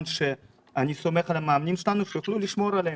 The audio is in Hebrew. אני סומך על המאמנים שלנו שיוכלו לשמור עליהם